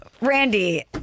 Randy